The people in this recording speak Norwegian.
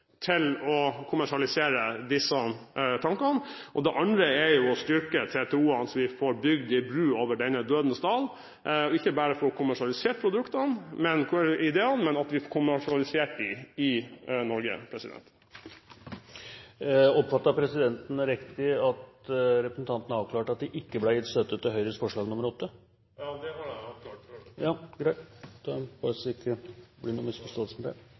til å kommersialisere disse tankene. Det andre er å styrke TTO-ene, sånn at vi får bygd en bru over denne Dødens Dal, ikke bare for å kommersialisere ideene, men for at vi får kommersialisert dem i Norge. Oppfattet presidenten det riktig – at representanten avklarte at det ikke ble gitt støtte til Høyres forslag nr. 8? Ja, det har jeg avklart før. Vi behøver naturligvis ikke